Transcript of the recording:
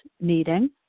meeting